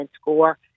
score